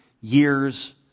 years